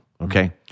Okay